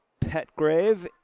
Petgrave